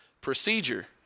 procedure